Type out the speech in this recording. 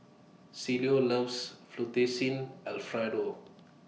Cielo loves Fettuccine Alfredo